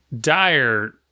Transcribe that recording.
dire